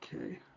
Okay